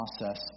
process